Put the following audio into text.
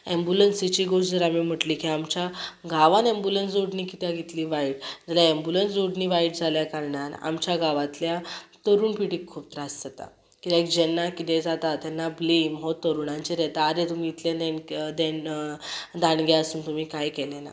अँबुलन्सीची गोश्ट जर हांवें म्हटली की आमच्या गांवान अँबुलन्स जोडणी कित्याक इतली वायट जाल्यार अँबुलन्स जोडणी वायट जाल्या कारणान आमच्या गांवातल्या तरूण पिडीक खूब त्रास जाता कित्याक जेन्ना कितें जाता तेन्ना ब्लेम हो तरूणांचेर येता आरे तुमी इतले ने दे दाणगे आसून तुमी कांय केलें ना